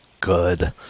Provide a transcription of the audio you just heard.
good